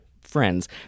friends